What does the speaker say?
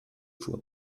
fuhr